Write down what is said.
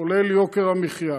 כולל יוקר המחיה,